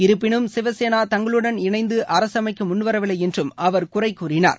இருப்பினும் சிவசேனா தங்களுடன் இணைநது அரசு அமைக்க முன்வரவில்லை என்றும் அவர் குறை கூறினார்